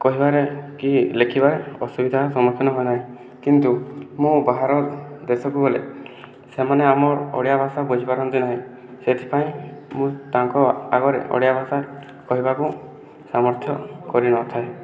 କହିବାରେ କି ଲେଖିବା ଅସୁବିଧା ସମ୍ମୁଖୀନ ହୋଇ ନାହିଁ କିନ୍ତୁ ମୁଁ ବାହାର ଦେଶକୁ ଗଲେ ସେମାନେ ଆମ ଓଡ଼ିଆ ଭାଷା ବୁଝିପାରନ୍ତି ନାହିଁ ସେଥିପାଇଁ ମୁଁ ତାଙ୍କ ଆଗରେ ଓଡ଼ିଆ ଭାଷା କହିବାକୁ ସାମର୍ଥ୍ୟ କରିନଥାଏ